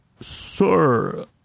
Sir